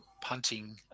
punting